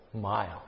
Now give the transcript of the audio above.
mile